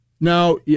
Now